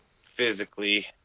physically